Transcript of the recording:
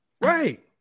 right